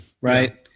right